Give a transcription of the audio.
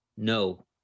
No